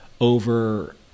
over